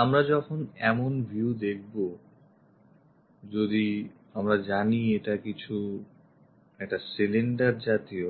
আমরা যখন এমন view দেখব যদি আমরা জানি এটা কিছু একটা সিলিন্ডার জাতীয়